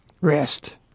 rest